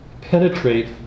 penetrate